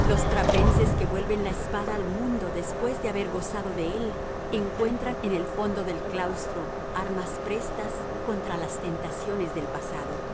los trapenses que vuelven la espalda al mundo después de haber gozado de él encuentran en el fondo del claustro armas prestas contra las tentaciones del pasado